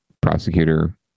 prosecutor